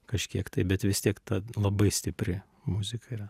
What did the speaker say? kažkiek tai bet vis tiek ta labai stipri muzika yra